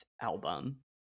album